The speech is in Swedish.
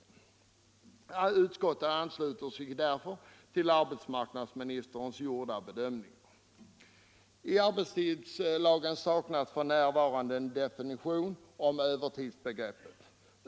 Utskottet ansluter sig till arbetsmarknadsministerns gjorda bedömning. I arbetstidslagen saknas f. n. en definition av övertidsbegreppet.